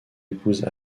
épouse